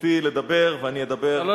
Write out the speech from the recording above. זכותי לדבר ואני אדבר על מה שאני רוצה.